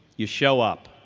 you show up.